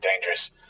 dangerous